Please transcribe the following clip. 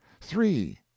Three